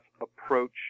approach